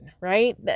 right